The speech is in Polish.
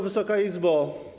Wysoka Izbo!